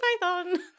Python